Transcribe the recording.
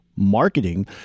marketing